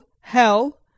Hell